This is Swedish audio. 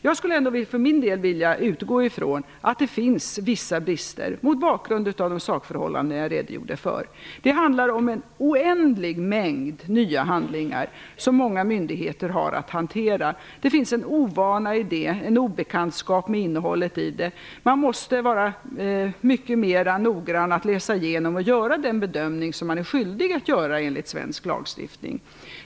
Jag skulle ändå för min del vilja utgå från att det finns vissa brister, mot bakgrund av de sakförhållanden jag redogjorde för. Det handlar om en oändlig mängd nya handlingar som många myndigheter har att hantera. Det finns en ovana i detta, en obekantskap med innehållet i handlingarna. Man måste vara mycket mer noggrann när man läser igenom och gör den bedömning som man är skyldig att göra enligt svensk lagstiftning.